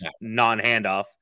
non-handoff